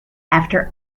after